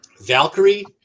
Valkyrie